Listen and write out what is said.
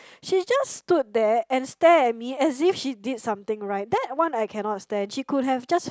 she just stood there and stare at me as if she did something right that one I cannot stand she could have just